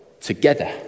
together